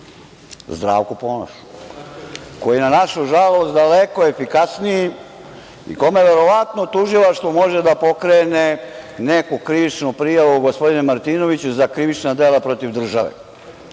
Zdravko Ponoš, koji je na našu žalost daleko efikasniji i kome verovatno Tužilaštvo može da pokrene neku krivičnu prijavu, gospodine Martinoviću, za krivična dela protiv države